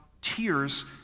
tears